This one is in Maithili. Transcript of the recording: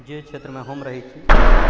जे क्षेत्रमे हम रहै छी